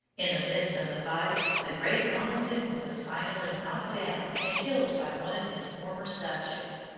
in the midst of the fight, the great montezuma was finally knocked down and killed by one of his former subjects.